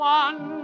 one